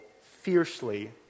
fiercely